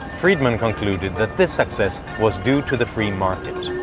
friedman concluded that this success was due to the free market.